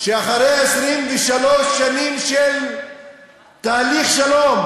שאחרי 23 שנים של תהליך שלום,